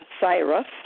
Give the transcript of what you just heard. Cyrus